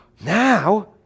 Now